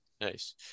Nice